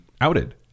outed